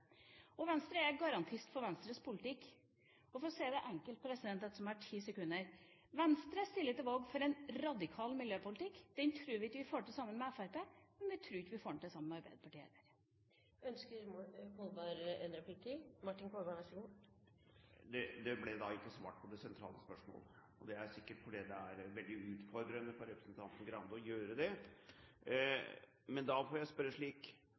Venstre er en garantist for Venstres politikk. Og for å si det enkelt – ettersom jeg har 10 sekunder: Venstre stiller til valg for en radikal miljøpolitikk. Den tror vi ikke at vi får til sammen med Fremskrittspartiet, men vi tror heller ikke vi får den til sammen med Arbeiderpartiet. Det ble ikke svart på det sentrale spørsmålet. Det er sikkert fordi det er veldig utfordrende for representanten Skei Grande å gjøre det. Men da får jeg spørre slik: